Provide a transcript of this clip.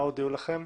מה הודיעו לכם?